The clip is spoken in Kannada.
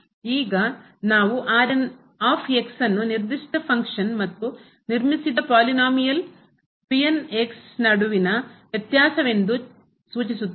ಈಗ ನಾವು ಅನ್ನು ನಿರ್ದಿಷ್ಟ ಫಂಕ್ಷನ್ ಕಾರ್ಯದ ಮತ್ತು ನಿರ್ಮಿಸಿದ ಪಾಲಿನೋಮಿಯಲ್ ಬಹುಪದ ನಡುವಿನ ವ್ಯತ್ಯಾಸವೆಂದು ಸೂಚಿಸುತ್ತೇವೆ